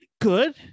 Good